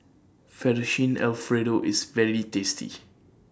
Fettuccine Alfredo IS very tasty